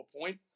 point